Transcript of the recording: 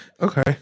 Okay